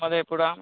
मधेपुरा में